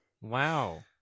wow